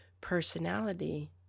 personality